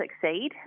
succeed